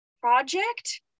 project